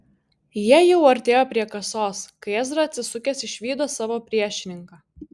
jie jau artėjo prie kasos kai ezra atsisukęs išvydo savo priešininką